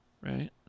right